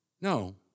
no